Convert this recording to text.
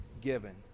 given